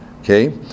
okay